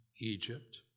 Egypt